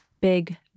big